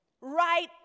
Right